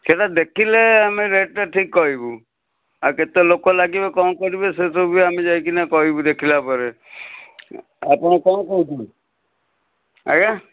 ସେଇଟା ଦେଖିଲେ ଆମେ ରେଟ୍ଟା ଠିକ୍ କହିବୁ ଆଉ କେତେ ଲୋକ ଲାଗିବ କ'ଣ କରିବେ ସେ ସବୁ ବି ଆମେ ଯାଇକିନା କହିବୁ ଦେଖିଲା ପରେ ଆପଣ କ'ଣ କହୁଛନ୍ତି ଆଜ୍ଞା